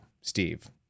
Steve